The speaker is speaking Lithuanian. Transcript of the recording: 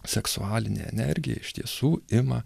seksualinė energija iš tiesų ima